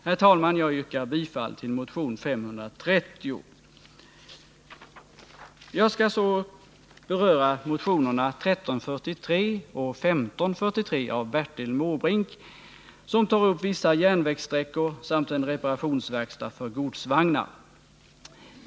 Herr talman! Jag yrkar bifall till motionen 530. Jag skall så beröra motionerna 1343 och 1543 av Bertil Måbrink, vilka tar upp vissa järnvägssträckor samt en reparationsverkstad för godsvagnar.